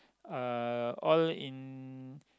uh all in